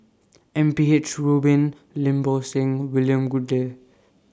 M P H Rubin Lim Bo Seng William Goode